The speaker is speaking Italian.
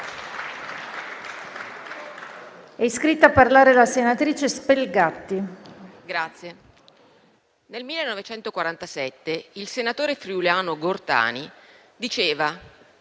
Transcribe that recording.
nel 1947 il senatore friulano Gortani diceva